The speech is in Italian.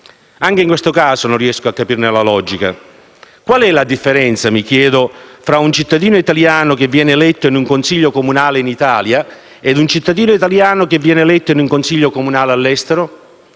Anche in questo caso non riesco a capirne la logica. Qual è la differenza fra un cittadino italiano che viene eletto in un consiglio comunale in Italia ed un cittadino italiano che viene eletto in un consiglio comunale all'estero?